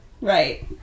Right